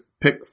pick